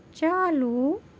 چالو